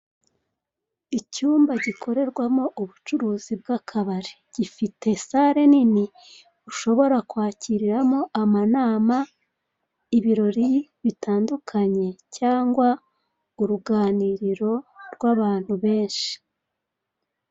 Icyumba gikorerwamo ubucuruzi bw'akabari. Gifite sale nini ushobora kwakiramo amanama, ibirori bitandukanye cyangwa uruganiriro rw'abantu benshi.